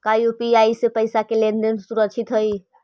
का यू.पी.आई से पईसा के लेन देन सुरक्षित हई?